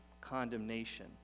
condemnation